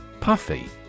Puffy